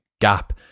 gap